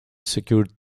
secured